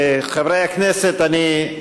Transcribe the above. חברי הכנסת, אני,